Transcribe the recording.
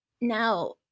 Now